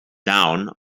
down